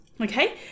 okay